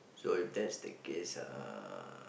so if that's the case uh